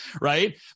Right